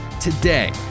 today